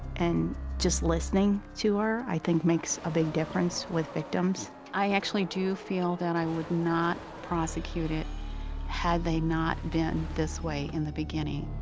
and just listening to her i think makes a big difference with victims. i actually do feel that i would not prosecute it had they not been this way in the beginning.